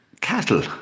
cattle